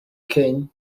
king